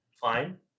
fine